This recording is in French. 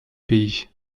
pays